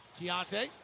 Keontae